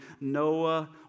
Noah